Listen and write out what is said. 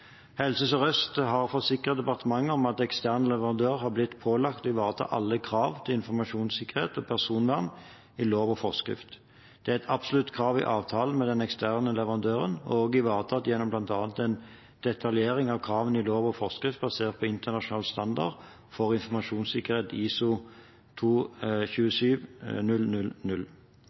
Helse Sør-Øst har forsikret departementet om at ekstern leverandør har blitt pålagt å ivareta alle krav til informasjonssikkerhet og personvern i lov og forskrift. Det er et absolutt krav i avtalen med den eksterne leverandøren og er ivaretatt gjennom bl.a. en detaljering av kravene i lov og forskrift basert på internasjonal standard for informasjonssikkerhet, ISO